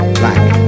black